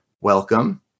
Welcome